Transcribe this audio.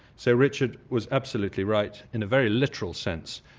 so richard was absolutely right, in a very literal sense,